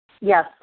Yes